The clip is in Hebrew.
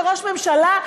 לראש ממשלה,